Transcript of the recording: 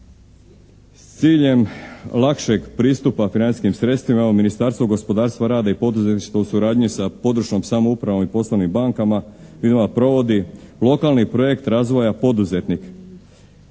S ciljem lakšeg pristupa financijskim sredstvima evo Ministarstvo gospodarstva, rada i poduzetništva u suradnji sa područnom samoupravom i poslovnim banka … provodi lokalni projekt razvoja poduzetnik.